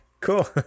cool